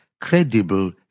credible